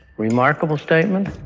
remarkable statement?